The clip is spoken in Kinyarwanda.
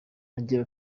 agira